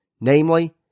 namely